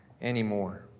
anymore